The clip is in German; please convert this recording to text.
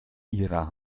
ihrer